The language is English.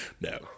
No